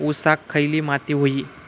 ऊसाक खयली माती व्हयी?